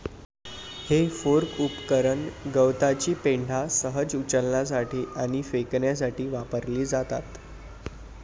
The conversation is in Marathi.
हे फोर्क उपकरण गवताची पेंढा सहज उचलण्यासाठी आणि फेकण्यासाठी वापरली जातात